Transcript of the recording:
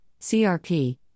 CRP